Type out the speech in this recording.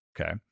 okay